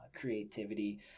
creativity